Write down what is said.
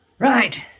Right